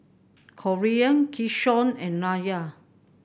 Corean Keyshawn and Nyla